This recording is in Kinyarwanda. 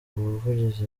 umuvugizi